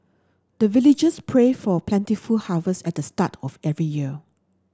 the villagers pray for plentiful harvest at the start of every year